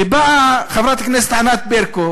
באה חברת הכנסת ענת ברקו